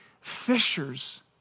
Fishers